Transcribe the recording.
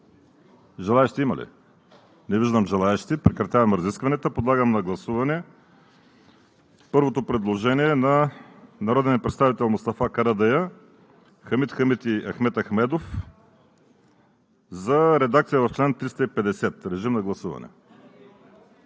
Желаещи има ли? Не виждам желаещи. Прекратявам разискванията. Подлагам на гласуване първото предложение на народните представители Мустафа Карадайъ, Хамид Хамид и Ахмед Ахмедов за редакция в чл. 350. Гласували